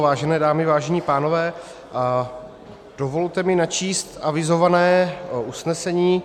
Vážené dámy, vážení pánové, dovolte mi načíst avizované usnesení.